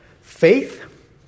Faith